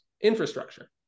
infrastructure